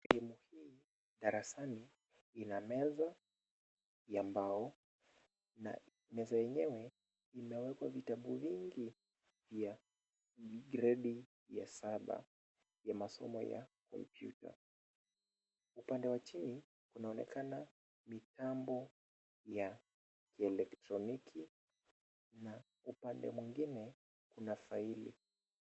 Sehemu hii darasani ina meza ya mbao na meza yenyewe imewekwa vitabu vingi ya gredi ya saba ya masomo ya kompyuta, upande wa chini kunaonekana mitambo ya kielektroniki na upande mwingine kuna faili.